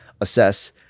assess